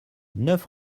neuf